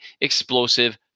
explosive